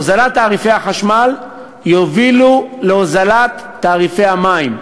הוזלת תעריפי החשמל יובילו להוזלת תעריפי המים,